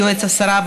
יועץ השרה,